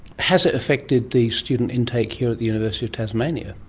has it affected the student intake here at the university of tasmania?